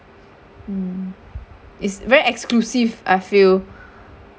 mm it's very exclusive I feel